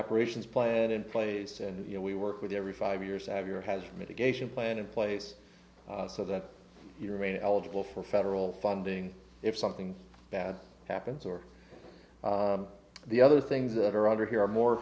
operations plan in place and we work with every five years i have your has mitigation plan in place so that you remain eligible for federal funding if something bad happens or the other things that are under here are more